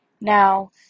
Now